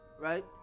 Right